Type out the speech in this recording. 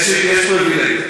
יש פריבילגיה